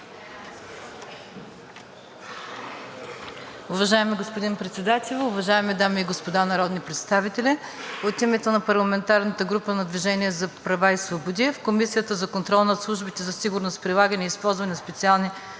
Уважаеми господин Председател, уважаеми дами и господа народни представители! От името на парламентарната група на „Движение за права и свободи“ в Комисията за контрол над службите за сигурност, прилагането и използването на специалните